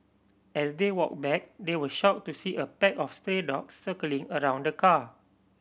as they walked back they were shocked to see a pack of stray dogs circling around the car